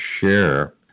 share